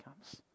comes